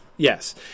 Yes